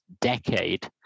decade